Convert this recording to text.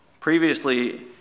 Previously